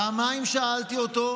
פעמיים שאלתי אותו.